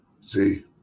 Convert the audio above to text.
See